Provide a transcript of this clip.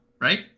right